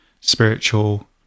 spiritual